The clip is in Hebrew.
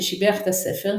ששיבח את הספר,